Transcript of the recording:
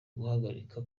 guhagarika